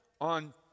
on